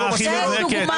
תן דוגמה אחת.